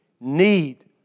need